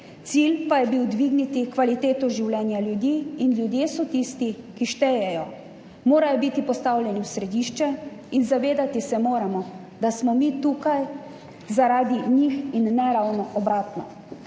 Cilj pa je bil dvigniti kvaliteto življenja ljudi in ljudje so tisti, ki štejejo, morajo biti postavljeni v središče in zavedati se moramo, da smo mi tukaj zaradi njih in ne ravno obratno.